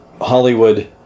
Hollywood